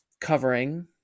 covering